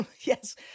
Yes